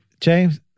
James